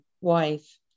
wife